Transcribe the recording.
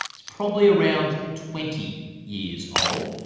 it's probably around twenty years old.